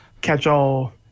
catch-all